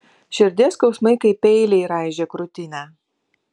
širdies skausmai kaip peiliai raižė krūtinę